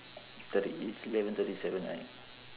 thirty it's eleven thirty seven right